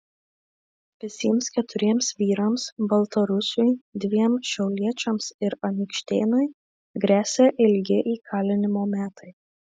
visiems keturiems vyrams baltarusiui dviem šiauliečiams ir anykštėnui gresia ilgi įkalinimo metai